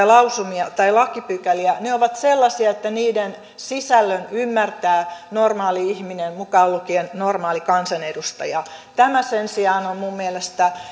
lausumia tai lakipykäliä ne ovat sellaisia että niiden sisällön ymmärtää normaali ihminen mukaan lukien normaali kansanedustaja tämä sen sijaan on minun mielestäni